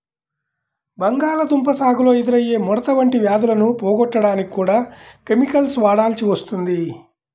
బంగాళాదుంప సాగులో ఎదురయ్యే ముడత వంటి వ్యాధులను పోగొట్టడానికి కూడా కెమికల్స్ వాడాల్సి వస్తుంది